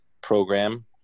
program